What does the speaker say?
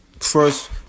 First